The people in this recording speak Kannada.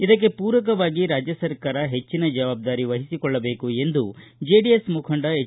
ಇದಕ್ಕೆ ಪೂರಕವಾಗಿ ರಾಜ್ಯ ಸರ್ಕಾರ ಹೆಚ್ಚನ ಜವಾಬ್ದಾರಿ ವಹಿಸಿಕೊಳ್ಳಬೇಕು ಎಂದು ಚೆಡಿಎಸ್ ಮುಖಂಡ ಎಚ್